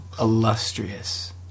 illustrious